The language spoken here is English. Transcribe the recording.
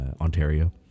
Ontario